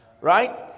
right